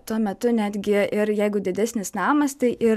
tuo metu netgi ir jeigu didesnis namas tai ir